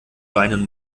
weinen